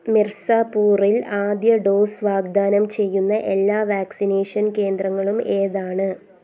മിർസാപൂറിൽ ആദ്യ ഡോസ് വാഗ്ദാനം ചെയ്യുന്ന എല്ലാ വാക്സിനേഷൻ കേന്ദ്രങ്ങളും ഏതാണ്